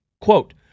Quote